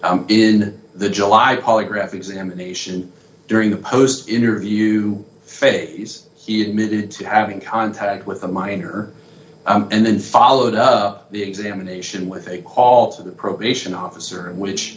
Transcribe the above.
in the july polygraph examination during the post interview phase he admitted to having contact with a minor and then followed up the examination with a call to the probation officer in which